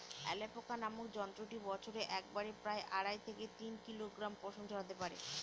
alpaca নামক জন্তুটি বছরে একবারে প্রায় আড়াই থেকে তিন কিলোগ্রাম পশম ঝোরাতে পারে